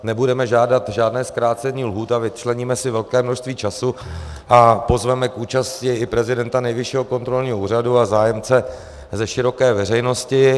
Nebudeme žádat žádné zkrácení lhůt a vyčleníme si velké množství času a pozveme k účasti i prezidenta Nejvyššího kontrolního úřadu a zájemce ze široké veřejnosti.